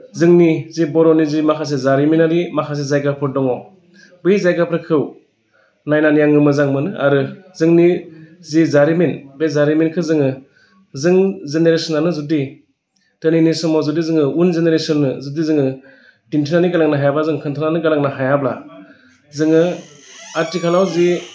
जोंनि जि बर'नि जि माखासे जारिमिनारि माखासे जायगाफोर दङ बै जायगाफोरखौ नायनानै आङो मोजां मोनो आरो जोंनि जि जारिमिन बे जारिमिनखो जोङो जों जेनेरेसनानो जुदि दिनैनि समाव जुदि जोङो उन जेनेरेसननो जुदि जोङो दिन्थिनानै गालांनो हायाब्ला जों खोन्थानानै गालांनो हायाब्ला जोङो आथिखालाव जि